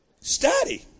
Study